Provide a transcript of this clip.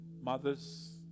Mothers